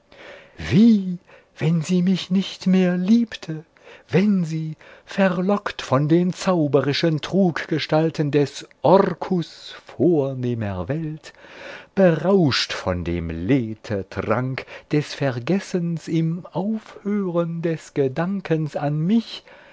wie wenn sie mich nicht mehr liebte wenn sie verlockt von den zauberischen truggestalten des orkus vornehmer welt berauscht von dem lethetrank des vergessens im aufhören des gedankens an mich